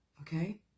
okay